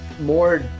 more